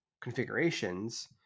configurations